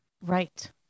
Right